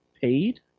paid